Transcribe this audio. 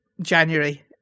January